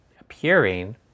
appearing